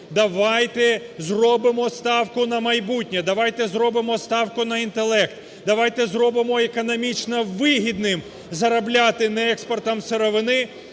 Давайте зробимо ставку на майбутнє, давайте зробимо ставку на інтелект, давайте зробимо економічно вигідним заробляти не експортом сировини,